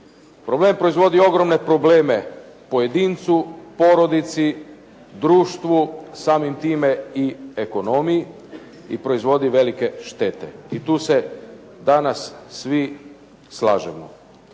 Problem proizvodi ogromne probleme pojedincu, porodici, društvu, samim time i ekonomiji i proizvodi velike štete i tu se danas svi slažemo